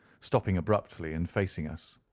stopping abruptly and facing us.